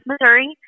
Missouri